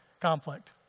conflict